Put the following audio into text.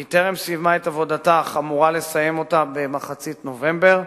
היא טרם סיימה את עבודתה אך אמורה לסיים אותה במחצית נובמבר.